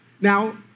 Now